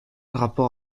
rapport